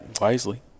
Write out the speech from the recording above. wisely